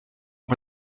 for